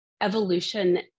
evolution